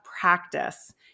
practice